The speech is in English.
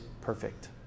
perfect